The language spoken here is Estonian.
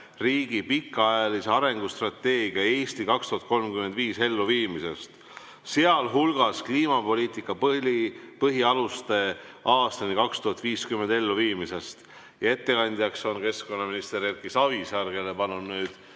riigi pikaajalise arengustrateegia "Eesti 2035" elluviimisest (sh "Kliimapoliitika põhialuste aastani 2050" elluviimisest). Ettekandja on keskkonnaminister Erki Savisaar, kelle palun